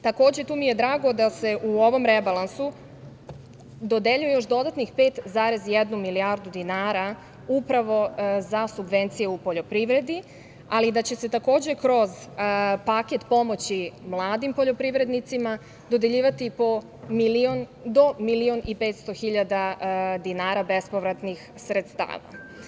Takođe, tu mi je drago da se u ovom rebalansu dodeljuje još dodatnih 5,1 milijardu dinara upravo za subvencije u poljoprivredi, ali i da će se takođe kroz paket pomoći mladim poljoprivrednicima dodeljivati do milion i 500 hiljada dinara bespovratnih sredstava.